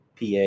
PA